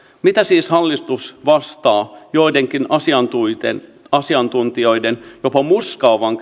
mitä siis hallitus vastaa joidenkin asiantuntijoiden asiantuntijoiden jopa murskaavaan